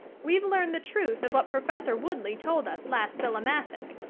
we've learned the truth of what professor woodleigh told us last philomathic,